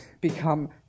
become